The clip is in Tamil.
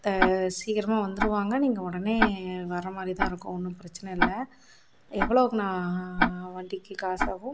த சீக்கிரமாக வந்துடுவாங்க நீங்கள் உடனே வர்ற மாதிரிதான் இருக்கும் ஒன்றும் பிரச்சனை இல்லை எவ்வளோக்குண்ணா வண்டிக்கு காசு ஆகும்